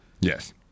Yes